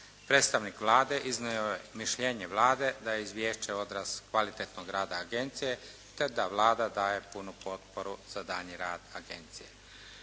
Predstavnik Vlade iznio je mišljenje Vlade da je izvješće odraz kvalitetnog rada Agencije te da Vlada daje punu potporu za daljnji rad Agencije.